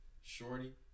shorty